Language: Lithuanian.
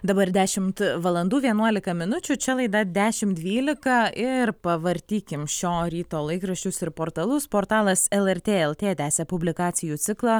dabar dešimt valandų vienuolika minučių čia laida dešimt dvylika ir pavartykim šio ryto laikraščius ir portalus portalas lrt lt tęsia publikacijų ciklą